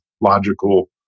logical